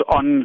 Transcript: on